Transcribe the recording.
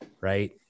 Right